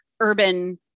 urban